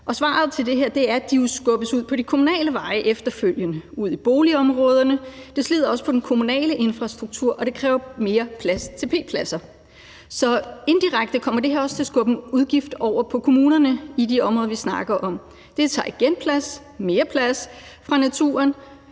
veje. Svaret på det er, at de skubbes ud på de kommunale veje efterfølgende, ud i boligområderne. Det slider også på den kommunale infrastruktur, og det kræver mere plads til parkeringspladser. Så indirekte kommer det også til at skubbe en udgift over på kommunerne i de områder, vi snakker om. Det tager igen plads fra naturen,